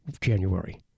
January